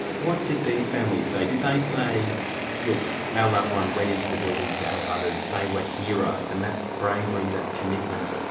what did these families say? did they say look, our loved one went into the buildings to help others. they were heroes and that bravery, that commitment,